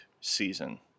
season